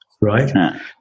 right